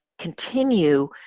continue